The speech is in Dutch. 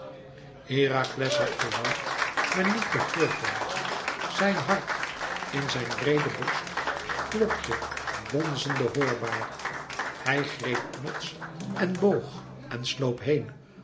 herakles had gehoord maar niet begrepen zijn hart in zijn breede borst klopte bonzende hoorbaar hij greep knots en boog en sloop heen